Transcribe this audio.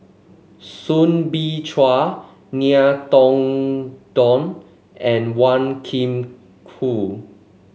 Soo Bin Chua Ngiam Tong Dow and Wan Kam Cool